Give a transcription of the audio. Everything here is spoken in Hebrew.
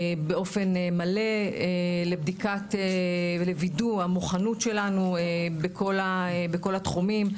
באופן מלא לבדיקת ולווידוא המוכנות שלנו בכל התחומים,